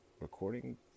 recording